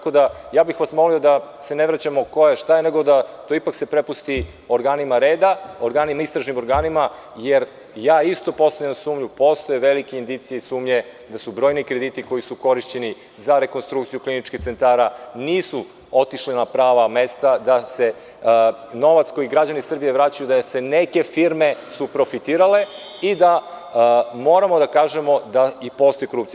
Molio bih vas da se ne vraćamo na pitanje ko je i šta je, nego da se to sve ipak prepusti organima reda, istražnim organima, jer ja isto postavljam sumnju – postoje velike indicije i sumnje da brojni krediti koji su korišćeni za rekonstrukciju kliničkih centara nisu otišli na prava mesta, da se novac koji građani Srbije vraćaju, da su neke firme profitirale i da moramo da kažemo da postoji korupcija.